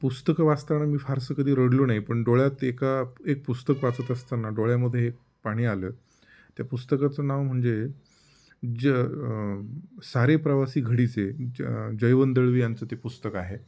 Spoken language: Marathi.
पुस्तकं वाचताना मी फारसं कधी रडलो नाही पण डोळ्यात एका एक पुस्तक वाचत असताना डोळ्यामध्ये एक पाणी आलं त्या पुस्तकाचं नाव म्हणजे ज सारे प्रवासी घडीचे ज जयवंत दळवी यांंचं ते पुस्तक आहे